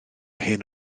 hen